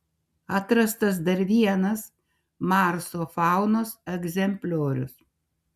atrastas dar vienas marso faunos egzempliorius